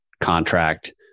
contract